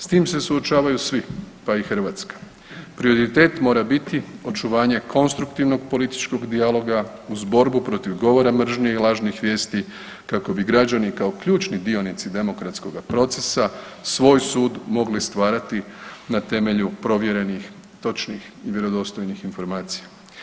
S tim se suočavaju svi pa i Hrvatska, prioritet mora biti očuvanje konstruktivnog političkog dijaloga uz borbu protiv govora mržnje i lažnih vijesti kako bi građani kao ključni dionici demokratskoga procesa, svoj sud mogli stvarati na temelju provjerenih, točnih i vjerodostojnih informacija.